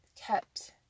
kept